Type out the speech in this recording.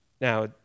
Now